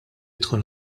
tkun